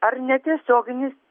ar netiesioginis